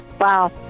Wow